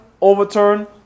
overturn